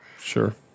sure